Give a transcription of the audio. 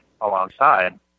alongside